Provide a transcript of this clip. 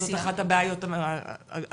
זאת אחת הבעיות הגדולות,